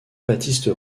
baptiste